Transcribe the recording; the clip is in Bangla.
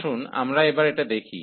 আসুন আমরা এবার এটা দেখি